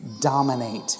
dominate